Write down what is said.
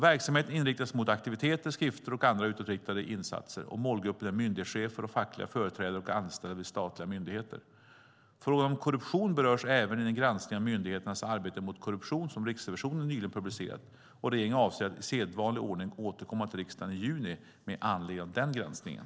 Verksamheten inriktas mot aktiviteter, skrifter och andra utåtriktade insatser. Målgruppen är myndighetschefer, fackliga företrädare och anställda vid statliga myndigheter. Frågan om korruption berörs även i den granskning av myndigheternas arbete mot korruption som Riksrevisionen nyligen publicerat. Regeringen avser i sedvanlig ordning att återkomma till riksdagen i juni med anledning av den granskningen.